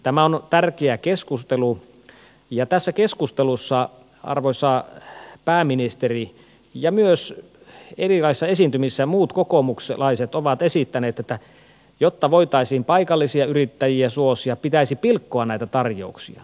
tämä on tärkeä keskustelu ja tässä keskustelussa arvoisa pääministeri ja myös erilaisissa esiintymisissä muut kokoomuslaiset ovat esittäneet että jotta voitaisiin paikallisia yrittäjiä suosia pitäisi pilkkoa näitä tarjouksia